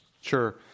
Sure